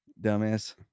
dumbass